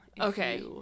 Okay